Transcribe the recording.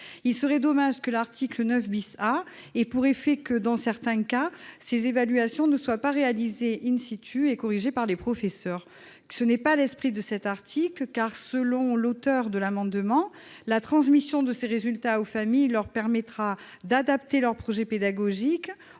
Il serait dommage que l'article 9 A ait pour effet que, dans certains cas, ces évaluations ne soient pas réalisées et corrigées par les professeurs. Tel n'est pas, en effet, l'esprit de cet article, car, selon les auteurs de l'amendement, la transmission des résultats aux familles leur permettra d'adapter leur projet pédagogique